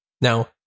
Now